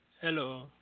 Hello